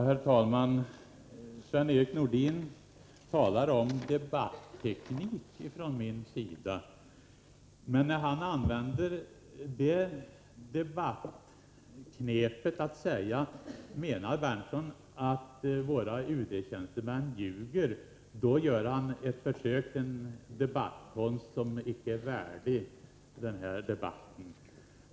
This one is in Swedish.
Herr talman! Sven-Erik Nordin talar om debatteknik från min sida. Men när Sven-Erik Nordin ställer frågan om jag menar att våra UD-tjänstemän ljuger gör han ett försök till en debattkonst som inte är värdig denna diskussion.